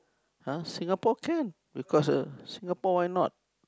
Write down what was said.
!huh! Singapore can because uh Singapore why not